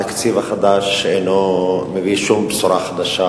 התקציב החדש אינו מביא שום בשורה חדשה,